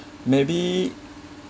maybe